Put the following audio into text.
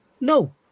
no